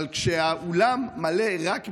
אבל כשהאולם מלא רק ביהודים,